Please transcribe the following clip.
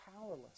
powerless